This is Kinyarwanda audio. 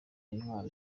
intwaro